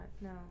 no